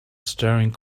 staring